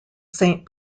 saint